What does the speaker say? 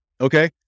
Okay